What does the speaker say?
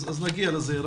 נגיע לזה.